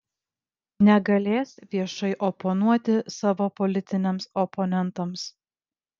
negalės viešai oponuoti savo politiniams oponentams